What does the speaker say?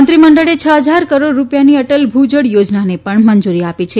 મંત્રી મંડળે છ ફજાર કરોડ રૂપિયાની અટલ ભુ જળ યોજનાને પણ મંજુરી આપી છે